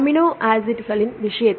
amino ஆசிட்களின் விஷயத்தில்